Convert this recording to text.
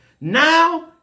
Now